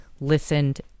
listened